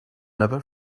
never